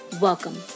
welcome